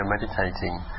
meditating